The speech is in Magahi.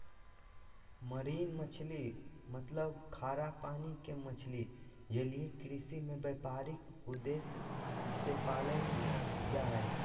मरीन मछली मतलब खारा पानी के मछली जलीय कृषि में व्यापारिक उद्देश्य से पालल जा हई